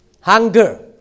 hunger